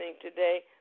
today